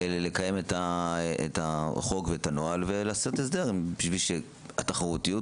לקיים את החוק ואת הנוהל ולעשות הסדר בשביל התחרותיות,